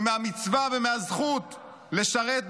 מהמצווה ומהזכות לשרת בצה"ל?